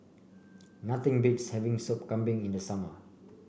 nothing beats having Soup Kambing in the summer